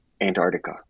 Antarctica